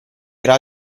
era